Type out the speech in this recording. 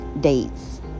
dates